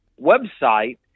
website